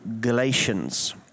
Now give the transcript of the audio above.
Galatians